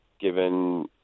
given